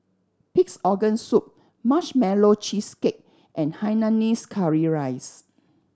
Pig's Organ Soup Marshmallow Cheesecake and hainanese curry rice